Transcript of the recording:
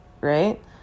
right